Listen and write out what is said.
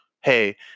hey